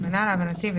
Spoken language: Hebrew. להבנתי הכוונה,